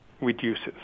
reduces